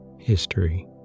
history